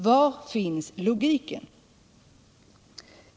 Var finns logiken?